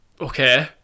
Okay